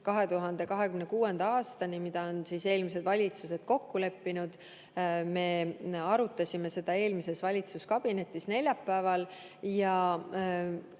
2026. aastani, nagu eelmised valitsused on kokku leppinud. Me arutasime seda eelmises valitsuskabinetis neljapäeval. Ma